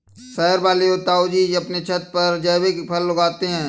शहर वाले ताऊजी अपने छत पर जैविक फल उगाते हैं